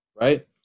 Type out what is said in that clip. right